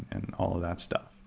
and all of that stuff,